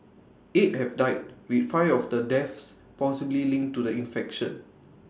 eight have died with five of the deaths possibly linked to the infection